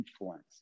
influence